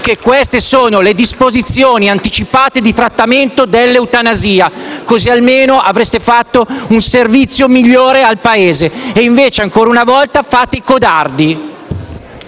che queste sono le disposizioni anticipate di trattamento dell'eutanasia, almeno avreste fatto un servizio migliore al Paese; invece, ancora una volta, fate i codardi.